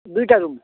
ଦୁଇଟା ରୁମ୍